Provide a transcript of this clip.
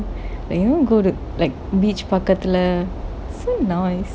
like you go to like beach பக்கத்துல:pakkathula so nice